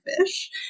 fish